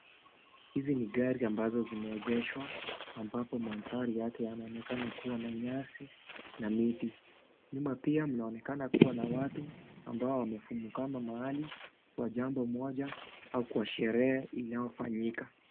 Hizi ni gari ambazo zimeengeshwa ambapo mandhari yake yanaonekana kuwa na nyasi na miti, nyuma pia mnaonekana kuwa na watu ambao wamefumukama mahali kwa jambo moja au kwa sherehe inayofanika.